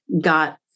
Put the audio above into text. got